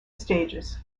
stages